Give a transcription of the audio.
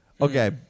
Okay